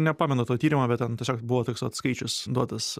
nepamenu to tyrimo bet ten tiesiog buvo toks vat skaičius duotas